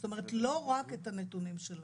זאת אומרת לא רק את הנתונים שלנו.